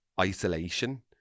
isolation